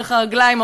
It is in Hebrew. דרך הרגליים,